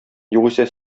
югыйсә